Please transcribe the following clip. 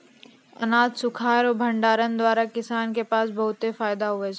अनाज सुखाय रो भंडारण द्वारा किसान के बहुत फैदा हुवै छै